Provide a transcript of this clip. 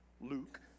Luke